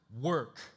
work